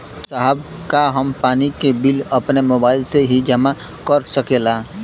साहब का हम पानी के बिल अपने मोबाइल से ही जमा कर सकेला?